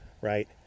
right